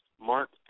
Mark